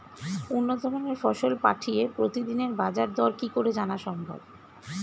উন্নত মানের ফসল পাঠিয়ে প্রতিদিনের বাজার দর কি করে জানা সম্ভব?